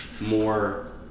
more